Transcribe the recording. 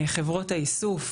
חברות האיסוף.